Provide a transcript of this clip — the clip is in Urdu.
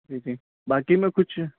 ٹھیک ہے باقی میں کچھ